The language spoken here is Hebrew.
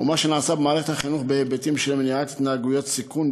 הוא מה שנעשה במערכת החינוך בהיבטים של מניעת התנהגויות סיכון,